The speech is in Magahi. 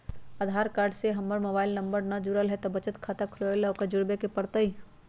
आधार कार्ड से हमर मोबाइल नंबर न जुरल है त बचत खाता खुलवा ला उकरो जुड़बे के पड़तई?